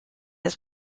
his